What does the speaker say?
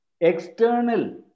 External